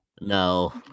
No